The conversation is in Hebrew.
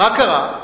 מה קרה?